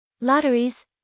Lotteries